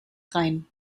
rhein